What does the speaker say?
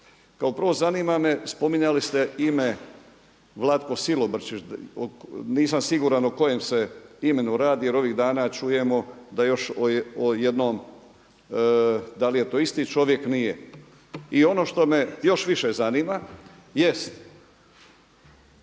Kao prvo zanima me, spominjali ste ime Vlatko Silobrčić nisam siguran o kojem se imenu radi jer ovih dana čujemo da još o jednom. Da li je to isti čovjek? Nije? I ono što me još više zanima jest